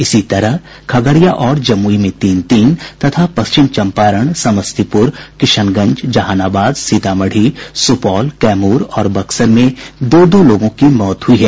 इसी तरह खगड़िया और जमुई में तीन तीन तथा पश्चिम चंपारण समस्तीपुर किशनगंज जहानाबाद सीतामढ़ी सुपौल कैमूर और बक्सर में दो दो लोगों की मौत हुई है